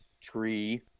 tree